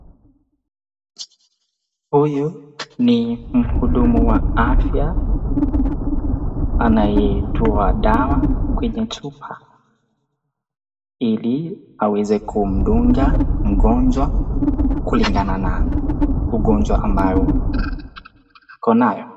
Huyu ni mhudumu wa afya anayetoa dawa kwenye chupa ili aweze kumdunga mgonjwa kulingana na ugonjwa ambao ako nayo.